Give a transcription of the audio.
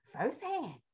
firsthand